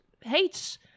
hates